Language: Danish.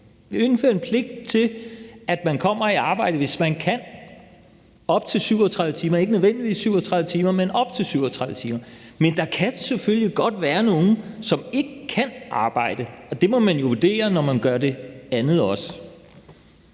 Vi indfører en pligt til, at man kommer i arbejde, hvis man kan, og det er op til 37 timer; ikke nødvendigvis 37 timer, men op til 37 timer. Men der kan selvfølgelig godt være nogle, som ikke kan arbejde, og det må man jo vurdere, når man gør det andet også.